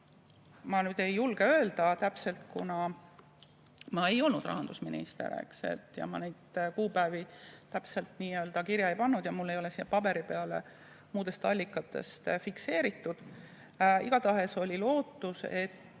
Ma nüüd ei julge öelda täpselt, kuna ma ei olnud rahandusminister ja ma neid kuupäevi täpselt kirja ei pannud ja mul ei ole paberi peale muudest allikatest fikseeritud. Igatahes oli lootus, et